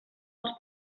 els